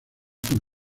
con